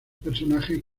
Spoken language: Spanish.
personajes